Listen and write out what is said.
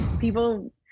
people